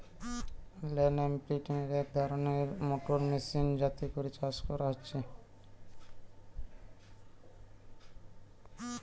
land ইমপ্রিন্টের এক ধরণের মোটর মেশিন যাতে করে চাষ হচ্ছে